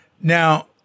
now